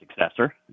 successor